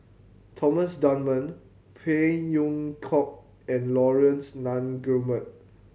Thomas Dunman Phey Yew Kok and Laurence Nunns Guillemard